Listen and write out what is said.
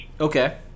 okay